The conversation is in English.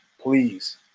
Please